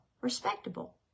respectable